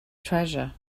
treasure